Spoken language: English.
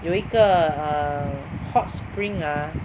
有一个 err hot spring ah